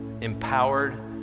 empowered